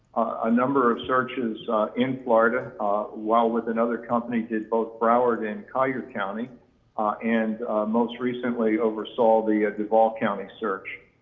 a number of searches in florida while with another company, did both broward and collier county and most recently oversaw the duvall county search.